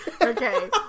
Okay